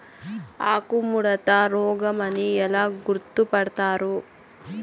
ఆకుముడత రోగం అని ఎలా గుర్తుపడతారు?